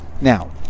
Now